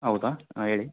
ಹೌದಾ ಆಂ ಹೇಳಿ